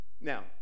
Now